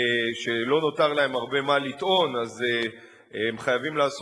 שלא נותר להם הרבה מה לטעון אז הם חייבים לעשות